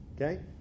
Okay